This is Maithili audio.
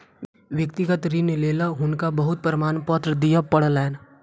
व्यक्तिगत ऋणक लेल हुनका बहुत प्रमाणपत्र दिअ पड़लैन